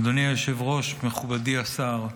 אדוני היושב-ראש, מכובדי השר,